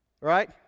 Right